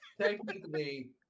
Technically